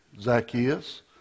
Zacchaeus